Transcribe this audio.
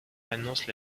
annonce